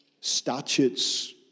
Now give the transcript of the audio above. statutes